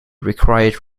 required